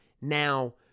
Now